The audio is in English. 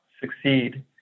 succeed